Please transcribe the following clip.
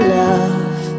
love